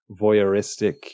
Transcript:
voyeuristic